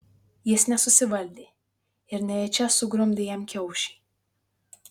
jis nesusivaldė ir nejučia sugrumdė jam kiaušį